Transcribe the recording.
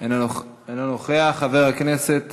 אינו נוכח, חבר הכנסת